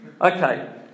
Okay